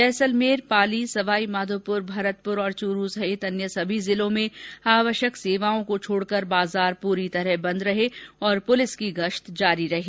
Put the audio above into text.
जैसलमेर पाली सवाईमाधोपुर भरतपुर और चूरू सहित अन्य सभी जिलों में आवश्यक सेवाओं को छोडकर बाजार पूरी तरह बंद रहे और पुलिस की गश्त जारी रही